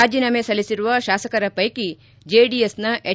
ರಾಜೀನಾಮೆ ಸಲ್ಲಿಸಿರುವ ಶಾಸಕರ ಪೈಕಿ ಜೆಡಿಎಸ್ನ ಎಚ್